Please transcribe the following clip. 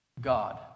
God